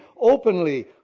openly